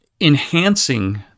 enhancing